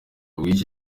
bw’ibyo